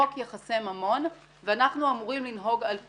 חוק יחסי ממון, ואנחנו אמורים לנהוג על פיו.